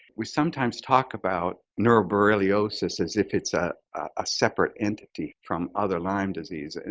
we sometimes talk about neuroborreliosis as if it's a ah separate entity from other lyme disease. and